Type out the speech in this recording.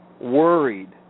worried